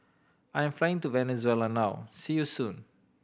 I'm flying to Venezuela now see you soon